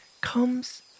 comes